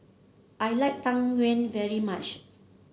I like Tang Yuen very much